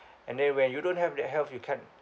and then when you don't have that health you can't